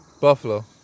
Buffalo